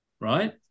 right